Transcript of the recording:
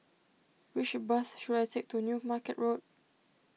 which bus should I take to New Market Road